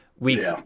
weeks